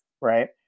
Right